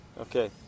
Okay